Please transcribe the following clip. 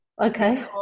okay